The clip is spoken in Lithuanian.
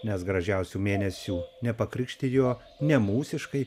nes gražiausių mėnesių nepakrikštijo nemūsiškai